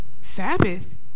Sabbath